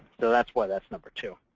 so that's why that's number two.